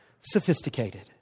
sophisticated